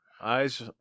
eyes